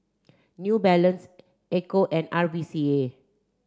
New Balance Ecco and R V C A